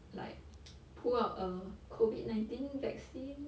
like pull out a COVID nineteen vaccine